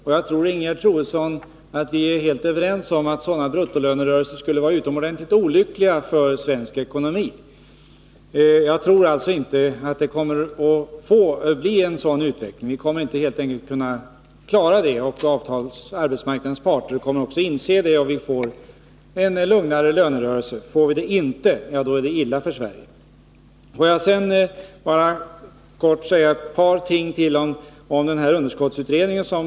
Men jag tror att Ingegerd Troedsson och vi är helt överens om att sådana bruttolönehöjningar skulle vara utomordentligt olyckliga för svensk ekonomi. Jag tror alltså inte att det kommer att bli en sådan utveckling; vi kommer helt enkelt inte att kunna klara det. Arbetsmarknadens parter kommer också att inse detta, så vi får nog en lugnare lönerörelse. Får vi det inte, då är det illa för Sverige! Får jag sedan bara helt kort säga någonting om underskottsavdragsutredningen.